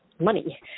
money